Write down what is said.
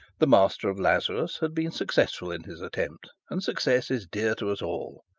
the master of lazarus had been successful in his attempt, and success is dear to us all.